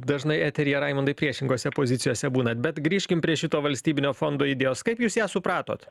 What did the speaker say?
dažnai eteryje raimundai priešingose pozicijose būna bet grįžkim prie šito valstybinio fondo idėjos kaip jūs ją supratote